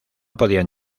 podían